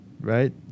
right